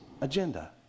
agenda